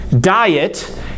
diet